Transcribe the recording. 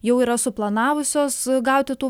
jau yra suplanavusios gauti tų